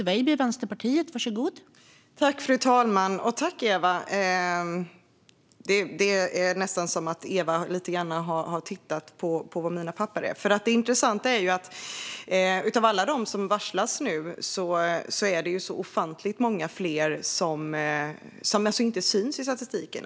Fru talman! Det är nästan som att Eva Nordmark har tittat lite i mina papper. Det intressanta är ju att av alla dem som varslas nu är det ofantligt många fler som inte syns i statistiken.